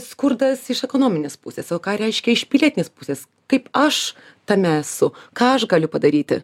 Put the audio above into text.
skurdas iš ekonominės pusės o ką reiškia iš pilietinės pusės kaip aš tame esu ką aš galiu padaryti